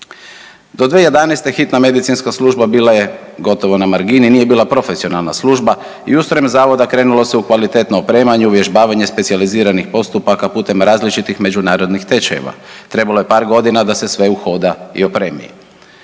Do 2011. hitna medicinska služba bila je gotovo na margini, nije bila profesionalna služba i ustrojem Zavoda krenulo se u kvalitetno opremanje, uvježbavanje specijaliziranih postupaka putem različitih međunarodnih tečajeva. Trebalo je par godina da se sve uhoda i opremi.